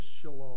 shalom